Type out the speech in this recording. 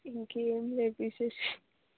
ఇంకేం లేదు విశేషాలు